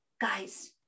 guys